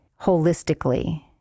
Holistically